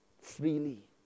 Freely